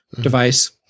device